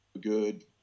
good